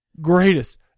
Greatest